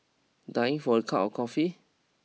dying for a cup of coffee